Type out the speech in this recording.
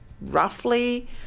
roughly